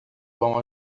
vão